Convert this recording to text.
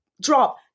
drop